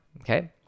Okay